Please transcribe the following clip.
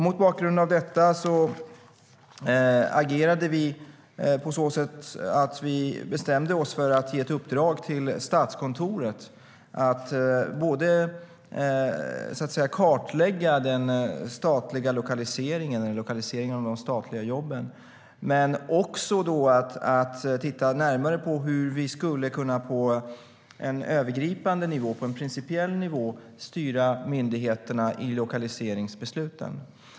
Mot bakgrund av detta agerade vi på så sätt att vi bestämde oss för att ge Statskontoret i uppdrag att kartlägga lokaliseringen av de statliga jobben. Men de ska också titta närmare på hur vi, på en övergripande, principiell nivå, skulle kunna styra myndigheterna i lokaliseringsbesluten.